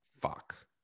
fuck